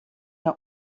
nei